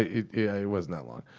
it wasn't that long.